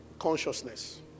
consciousness